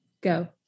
go